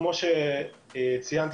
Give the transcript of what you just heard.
כמו שציינת,